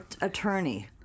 attorney